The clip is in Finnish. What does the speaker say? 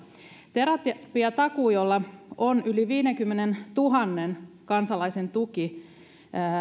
terapiatakuu jolla on yli viidenkymmenentuhannen kansalaisen tuki